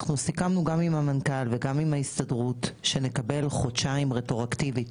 אנחנו סיכמנו גם עם המנכ"ל וגם עם ההסתדרות שנקבל חודשיים רטרואקטיבית,